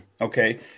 Okay